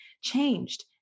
changed